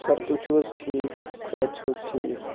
سَر تُہۍ چھِو حظ ٹھیٖک صحت چھِو حظ ٹھیٖک